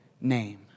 name